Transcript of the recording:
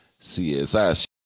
CSI